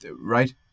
right